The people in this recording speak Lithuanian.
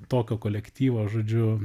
tokio kolektyvo žodžiu